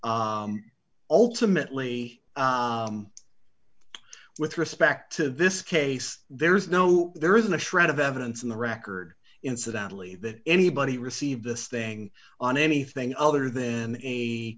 for ultimately with respect to this case there's no there isn't a shred of evidence in the record incidentally that anybody received this thing on anything other than a